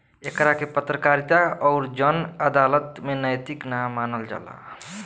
एकरा के पत्रकारिता अउर जन अदालत में नैतिक ना मानल जाला